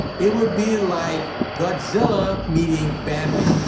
it would be like godzilla meeting bambi